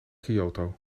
kyoto